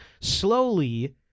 slowly